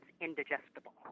indigestible